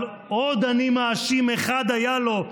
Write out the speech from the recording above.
אבל עוד "אני מאשים" אחד היה לו,